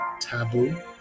taboo